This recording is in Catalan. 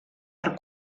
per